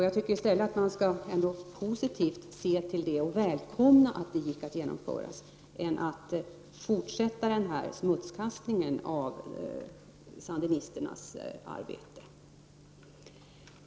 Jag tycker att man -— i stället för att fortsätta smutskastningen av sandinisternas arbete — skall se positivt på och välkomna att det gick att genomföra sådana val.